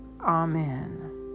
Amen